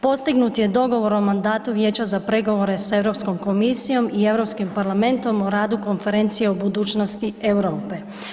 Postignut je dogovor o mandatu Vijeća za pregovore sa Europskom komisijom i Europskim parlamentom o radu Konferencije o budućnosti Europe.